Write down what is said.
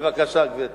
בבקשה, גברתי.